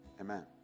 Amen